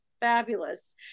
fabulous